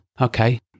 Okay